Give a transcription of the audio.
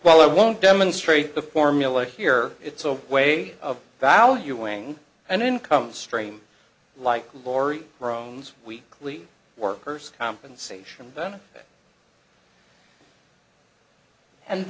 well i won't demonstrate the formula here it's a way of valuing an income stream like laurie runs weekly workers compensation benefits and